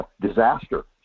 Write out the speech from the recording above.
disaster